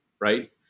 right